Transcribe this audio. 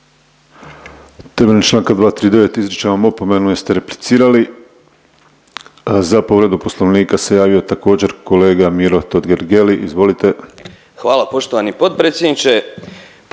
Evo poštovani potpredsjedniče,